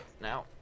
now